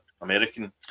American